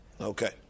Okay